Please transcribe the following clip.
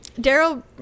Daryl